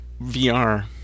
vr